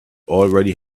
already